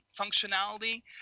functionality